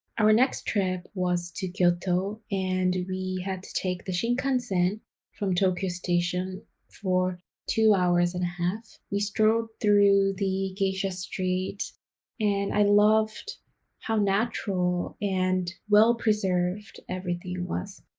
our next trip was to kyoto and we had to take the shinkansen from tokyo station for two hours and a half. we strolled through the geisha street and i loved how natural and well-preserved everything was.